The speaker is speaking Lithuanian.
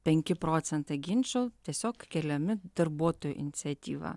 penki procentai ginčų tiesiog keliami darbuotojų iniciatyva